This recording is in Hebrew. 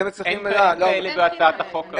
אין תנאים כאלה בהצעת החוק הזאת.